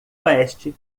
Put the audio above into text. oeste